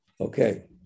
Okay